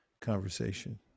conversation